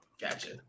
gotcha